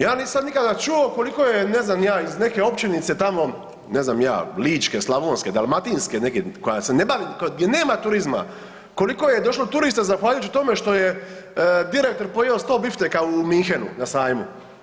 Ja nisam nikada čuo koliko je ne znam ni ja iz neke općinice tamo ne znam ja ličke, slavonske, dalmatinske neke koja se ne bavi, gdje nema turizma, koliko je došlo turista zahvaljujući tome što je direktor poio 100 bifteka u Munchenu na sajmu.